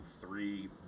three